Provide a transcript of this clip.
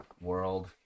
World